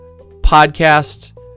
podcast